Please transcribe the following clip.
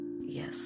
Yes